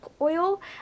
Oil